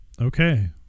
okay